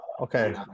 Okay